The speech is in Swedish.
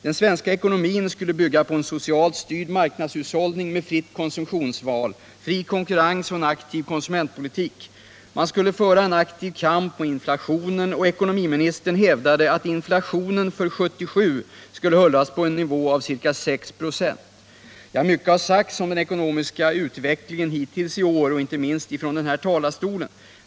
Den svenska ekonomin skulle bygga på en socialt styrd marknadshushållning med fritt konsumtionsval, fri konkurrens och en aktiv konsumentpolitik. Man skulle föra en aktiv kamp mot inflationen, och ekonomiministern hävdade att inflationen för 1977 skulle hållas på en nivå av ca 6 96. Mycket har sagts om den ekonomiska utvecklingen hittills i år, inte minst från kammarens talarstol.